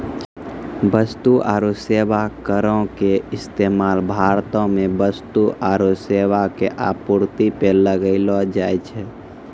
वस्तु आरु सेबा करो के इस्तेमाल भारतो मे वस्तु आरु सेबा के आपूर्ति पे लगैलो जाय छै